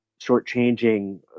shortchanging